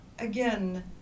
Again